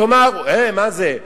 תאמר: הי, מה זה?